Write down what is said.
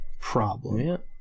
problem